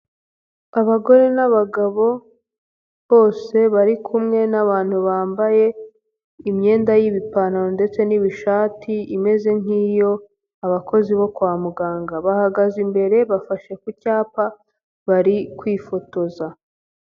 Abagore n'abagabo, bose bari kumwe n'abantu bambaye imyenda y'ibipantaro ndetse n'ibishati, imeze nk'iy'abakozi bo kwa muganga. Bahagaze imbere, bafashe ku cyapa, bari kwifotoza.